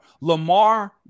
Lamar